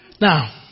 Now